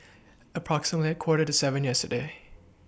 approximately Quarter to seven yesterday